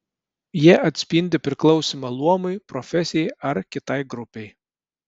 jie atspindi priklausymą luomui profesijai ar kitai grupei